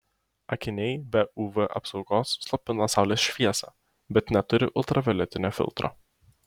akiniai be uv apsaugos slopina saulės šviesą bet neturi ultravioletinio filtro